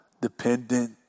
dependent